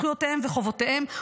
זכויותיהם וחובותיהם.